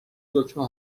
دکمه